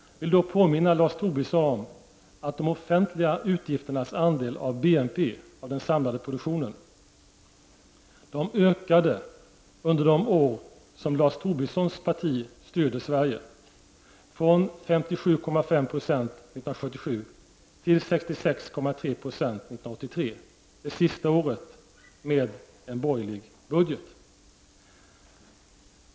Jag vill då påminna Lars Tobisson om att de offentliga utgifternas andel av BNP, av den samlade produktionen, under de år då Lars Tobissons parti styrde Sverige ökade från 57,5 90 1977 till 66,3 90 1983, det sista året med en borgerlig budget.